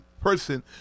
person